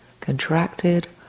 contracted